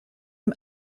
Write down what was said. dem